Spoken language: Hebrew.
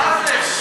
מה זה?